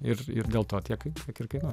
ir ir dėl to tiek tiek ir kainuoja